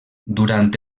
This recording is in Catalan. durant